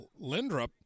Lindrup